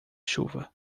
chuva